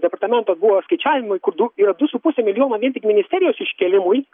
departamentas buvo skaičiavimai kur du yra du su puse milijono yra vien tik ministerijos iškėlimui